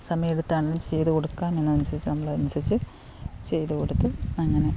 സമയമെടുത്താണെലും ചെയ്ത് കൊടുക്കാമെന്നതനുസരിച്ച് നമ്മളതനുസരിച്ച് ചെയ്ത് കൊടുത്ത് അങ്ങനെ